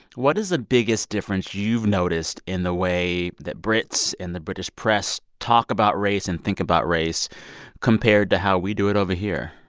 what is the biggest difference you've noticed in the way that brits and the british press talk about race and think about race compared to how we do it over here?